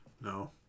No